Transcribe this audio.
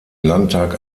landtag